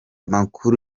amakuru